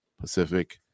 Pacific